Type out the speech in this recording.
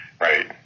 Right